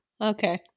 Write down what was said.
Okay